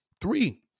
Three